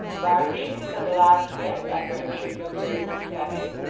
barnaby, said the locksmith, after a hasty but careful inspection,